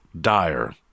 dire